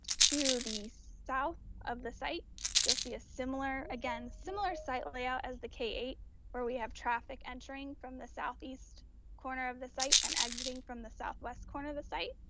to the south of the site you'll see a similar, again, similar site layout as the k eight where we have traffic entering from the southeast corner of the site and exiting from the southwest corner of the site,